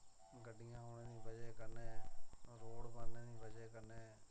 गड्डियां औने दी बजह् कन्नै रोड़ बनने दी वजह् कन्नै